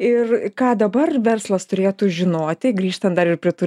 ir ką dabar verslas turėtų žinoti grįžtan dar ir prie tų